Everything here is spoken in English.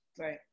right